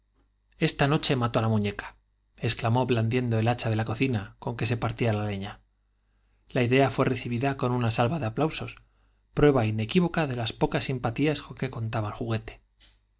esta noche mato á la muñeca exclamó blan diendo el hacha de la cocina con que partía la leña se la idea aué recibida con una salva de aplausos prueba inequívoca de las pocas simpatías con que contaba el jugnete